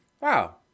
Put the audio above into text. wow